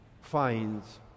finds